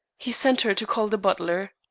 he sent her to call the butler.